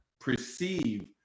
perceive